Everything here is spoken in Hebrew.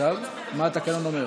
מה התקנון אומר?